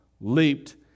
leaped